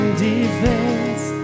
defense